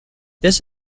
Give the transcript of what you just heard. this